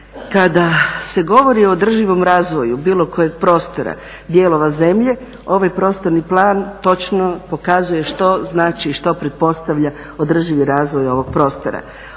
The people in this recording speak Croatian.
Kada se govori o održivom razvoju bilo kojeg prostora, dijelova zemlje ovaj prostorni plan točno pokazuju što znači i što pretpostavlja održivi razvoj ovog prostora.